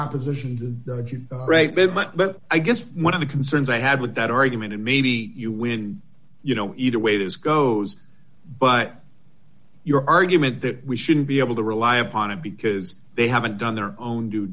opposition to the great movement but i guess one of the concerns i had with that argument and maybe you win you know either way this goes but your argument that we shouldn't be able to rely upon it because they haven't done their own due